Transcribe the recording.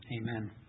Amen